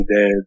dead